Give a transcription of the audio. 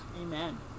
Amen